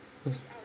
yes